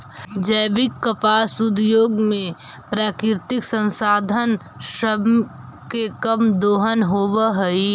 जैविक कपास उद्योग में प्राकृतिक संसाधन सब के कम दोहन होब हई